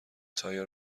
تایر